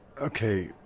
Okay